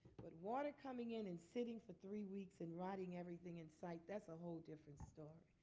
but water coming in and sitting for three weeks and rotting everything in sight, that's a whole different story.